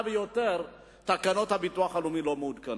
ויותר תקנות הביטוח הלאומי לא מעודכנות.